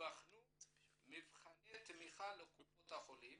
ייבחנו מבחני תמיכה לקופות החולים